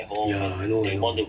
ya I know man